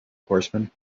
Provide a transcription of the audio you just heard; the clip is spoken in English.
horsemen